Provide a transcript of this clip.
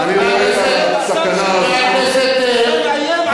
אני רואה את הסכנה הזאת בעיניים פקוחות,